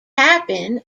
happen